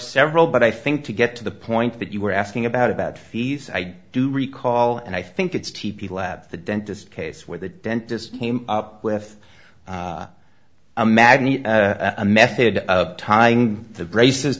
several but i think to get to the point that you were asking about about fees i do recall and i think it's t p the lab the dentist case where the dentist came up with a magnet a method of tying the braces